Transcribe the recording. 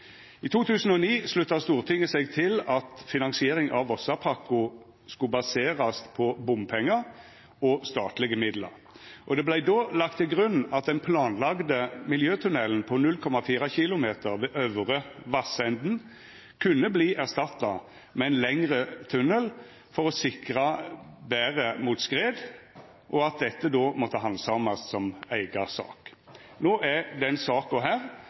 I 2009 slutta Stortinget seg til at finansiering av Vossapakko skulle baserast på bompengar og statlege midlar. Det vart då lagt til grunn at den planlagde miljøtunnelen på 0,4 km ved Øvre Vassenden kunne verta erstatta med ein lengre tunnel for å sikra betre mot skred, og at dette måtte handsamast som eiga sak. Nå er den saka her,